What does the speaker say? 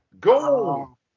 Go